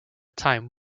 time